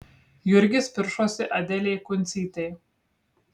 jurgis piršosi adelei kuncytei